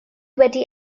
wedi